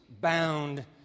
bound